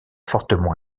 fortement